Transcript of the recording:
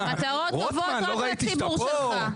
רוטמן, לא ראיתי שאתה פה.